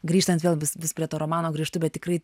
grįžtant vėl vis vis prie to romano grįžtu bet tikrai